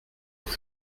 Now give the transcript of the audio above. nous